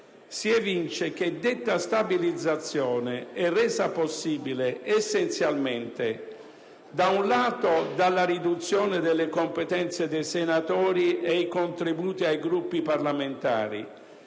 si evince che detta stabilizzazione è resa possibile essenzialmente, da un lato, dalla riduzione delle competenze dei senatori e dei contributi ai Gruppi parlamentari